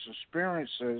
experiences